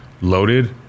loaded